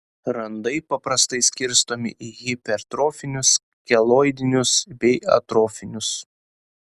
randai paprastai skirstomi į hipertrofinius keloidinius bei atrofinius